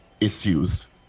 issues